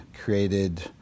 created